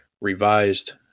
revised